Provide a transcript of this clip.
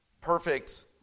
perfect